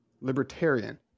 libertarian